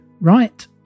right